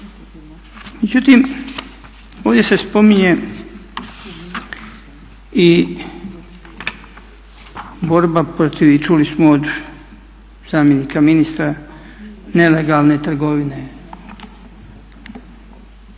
Međutim, ovdje se spominje i borba protiv, i čuli smo od zamjenika ministra, nelegalne trgovine,